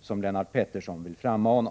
som Lennart Pettersson vill frammana.